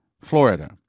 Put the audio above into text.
Florida